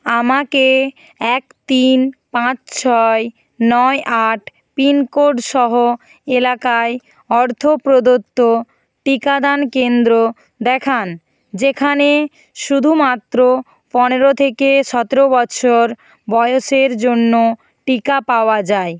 আমাকে এক তিন পাঁচ ছয় নয় আট পিনকোড সহ এলাকায় অর্থ প্রদত্ত টিকাদান কেন্দ্র দেখান যেখানে শুধুমাত্র পনেরো থেকে সতেরো বছর বয়সের জন্য টিকা পাওয়া যায়